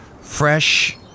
fresh